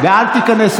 יא אלים, יא בריון.